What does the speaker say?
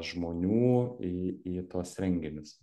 žmonių į į tuos renginius